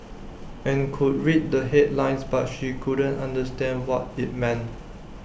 and could read the headlines but she couldn't understand what IT meant